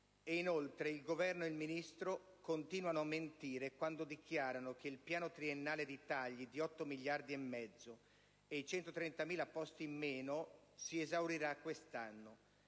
Inoltre, il Governo e il Ministro continuano a mentire quando dichiarano che il piano triennale di tagli di 8,5 miliardi e di 130.000 posti in meno si esaurirà quest'anno,